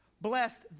blessed